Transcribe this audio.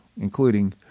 including